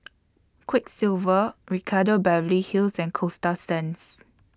Quiksilver Ricardo Beverly Hills and Coasta Sands